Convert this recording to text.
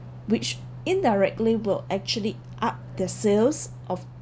which indirectly will actually up the sales of